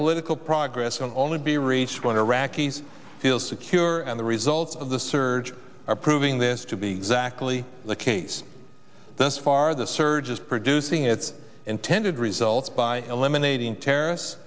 police tical progress on only be reached when iraqis feel secure and the results of the surge are proving this to be exactly the case this far the surge is producing its intended results by eliminating terrorists